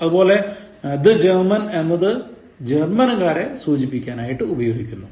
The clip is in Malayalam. അതുപോലെ the German എന്നത് ജർമൻകാരെ സൂചിപ്പിക്കാൻ ഉപയോഗിക്കുന്നു